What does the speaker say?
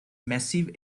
massive